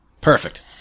Perfect